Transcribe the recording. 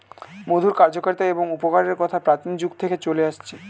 মধুর কার্যকারিতা এবং উপকারের কথা প্রাচীন যুগ থেকে চলে আসছে